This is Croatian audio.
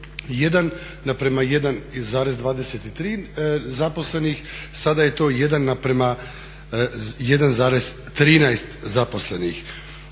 1:1,23 zaposlenih, sada je to 1:1,13 zaposlenih.